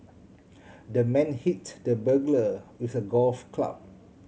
the man hit the burglar with a golf club